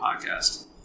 Podcast